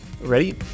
Ready